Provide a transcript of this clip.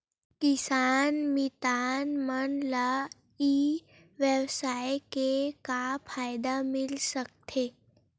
किसान मितान मन ला ई व्यवसाय से का फ़ायदा मिल सकथे?